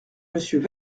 monsieur